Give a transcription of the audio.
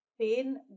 pain